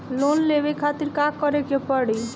Loan लेवे खातिर का करे के पड़ी?